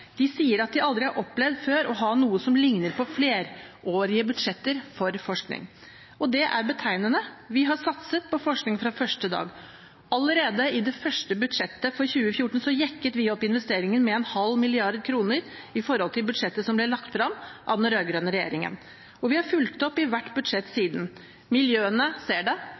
De sier at de aldri før har opplevd å ha noe som ligner på flerårige budsjetter for forskning. Det er betegnende. Vi har satset på forskning fra første dag. Allerede i det første budsjettet, budsjettet for 2014, jekket vi opp investeringene med 0,5 mrd. kr i forhold til det budsjettet som ble lagt frem av den rød-grønne regjeringen. Og vi har fulgt opp i hvert budsjett siden. Miljøene ser det,